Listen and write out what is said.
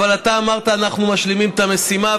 אבל אתה אמרת: אנחנו משלימים את המשימה,